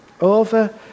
over